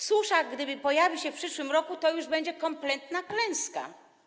Susza, jeśli pojawi się w przyszłym roku, to już będzie kompletna klęska.